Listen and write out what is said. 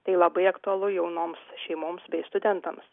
tai labai aktualu jaunoms šeimoms bei studentams